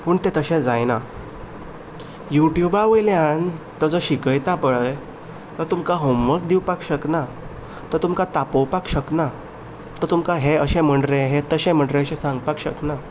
पूण तें तशें जायना यू ट्युबा वयल्यान तो जो शिकयता पळय तो तुमकां होमवर्क दिवपाक शकना तो तुमकां तापोवपाक शकना तो तुमकां हें अशें म्हण रे हें तशें म्हण रे हें सांगपाक शकना